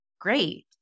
great